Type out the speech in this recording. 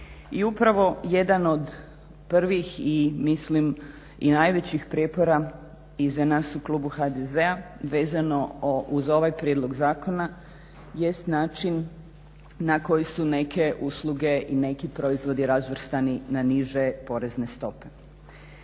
I upravo jedan od prvih i mislim i najvećih prijepora i za nas u Klubu HDZ-a vezano uz ovaj Prijedlog zakona jest način na koji su neke usluge i neki proizvodi razvrstani na niže porezne stope.